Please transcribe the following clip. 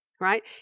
right